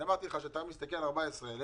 אמרתי לך שהיום אתה מסתכל על 14,000,